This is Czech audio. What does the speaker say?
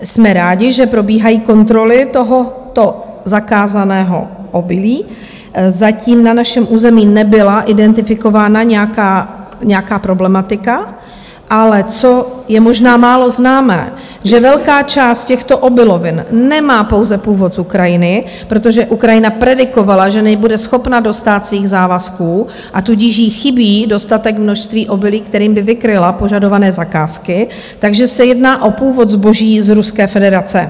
Jsme rádi, že probíhají kontroly tohoto zakázaného obilí, zatím na našem území nebyla identifikována nějaká problematika, ale co je možná málo známé, že velká část těchto obilovin nemá pouze původ z Ukrajiny, protože Ukrajina predikovala, že nebude schopna dostát svým závazkům, a tudíž jí chybí dostatek, množství obilí, kterým by vykryla požadované zakázky, takže se jedná o původ zboží z Ruské federace.